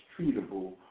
treatable